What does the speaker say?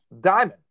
Diamond